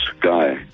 guy